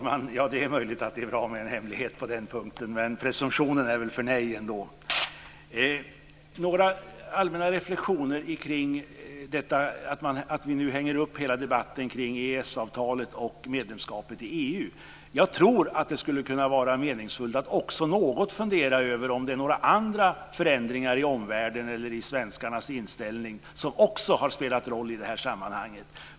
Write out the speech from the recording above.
Fru talman! Det är möjligt att det är bra med en hemlighet på den punkten, men presumtionen är väl ändå för nej. Jag har några allmänna reflexioner kring detta att vi nu hänger upp hela debatten på EES-avalet och medlemskapet i EU. Jag tror att det skulle kunna vara meningsfullt att också något fundera över om det är några andra förändringar i omvärlden eller i Sveriges inställning som har spelat roll i sammanhanget.